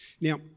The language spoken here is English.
now